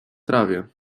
trawie